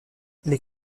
les